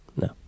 No